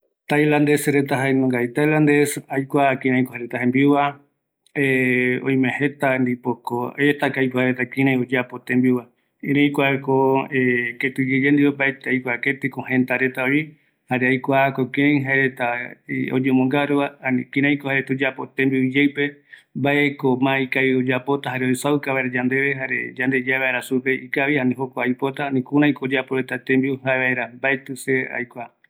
Tailandese reta jeimbiuregua, mbaetɨvi yaikuaete kïraïko jaereta okaru jare oyapo retas iyeɨpe tembiuva, jare yaikuaavi, mbaenunga tembiuko jokopegua ikavi, jare kïraï oyapova, jembiu oïmeko aipo supeguareta ikaviyeyeva